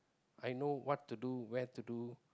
I know what to do where to do